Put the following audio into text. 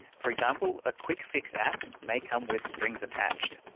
for example, a quick-fix app may come with strings attached.